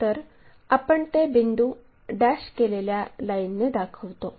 तर आपण ते बिंदू डॅश केलेल्या लाईनने दाखवतो